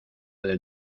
del